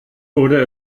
wurde